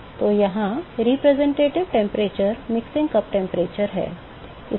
तो यहाँ प्रतिनिधि तापमान मिक्सिंग कप तापमान है